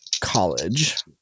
college